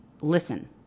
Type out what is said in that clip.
listen